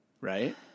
Right